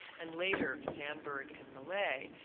and later sandburg, and millay.